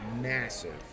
Massive